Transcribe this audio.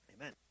Amen